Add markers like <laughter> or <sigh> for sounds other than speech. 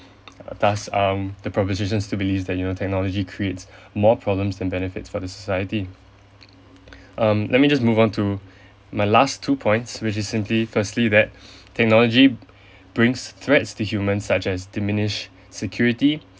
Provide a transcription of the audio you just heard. thus um the proposition still believes that you know technology creates <breath> more problems than benefits for the society <noise> um let me just move on to <breath> my last two points which is simply firstly that <breath> technology brings threats to human such as diminish security